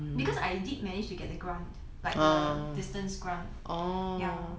because I did manage to get the grant like the distance grant ya